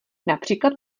například